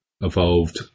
evolved